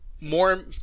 more